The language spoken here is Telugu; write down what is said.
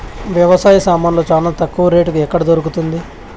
వ్యవసాయ సామాన్లు చానా తక్కువ రేటుకి ఎక్కడ దొరుకుతుంది?